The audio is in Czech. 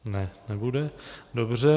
Ne, nebude, dobře.